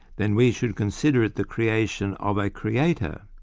then we should consider it the creation of a creator,